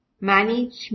management